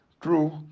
true